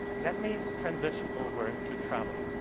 let me transition over to travel.